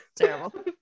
Terrible